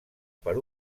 per